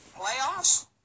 Playoffs